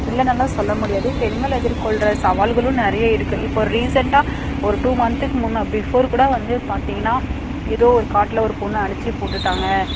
இல்லைனெல்லாம் சொல்ல முடியாது பெண்கள் எதிர்கொள்கிற சவால்களும் நிறைய இருக்குது இப்போது ரீசெண்ட்டாக ஒரு டூ மந்த்துக்கு முன்னே பிஃபோர் கூட வந்து பார்த்திங்கனா ஏதோ ஒரு காட்டில் ஒரு பொண்ணை அடித்துப் போட்டுட்டாங்க